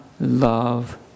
love